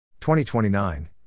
2029